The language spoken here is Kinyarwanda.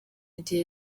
gihe